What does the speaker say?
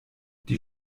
die